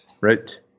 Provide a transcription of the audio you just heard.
right